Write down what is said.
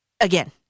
again